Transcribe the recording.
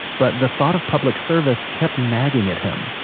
but the thought of public service kept nagging at him,